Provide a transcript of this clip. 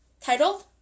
Titled